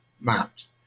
mapped